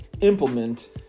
implement